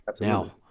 Now